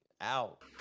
out